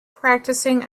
practising